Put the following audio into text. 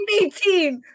18